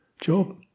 Job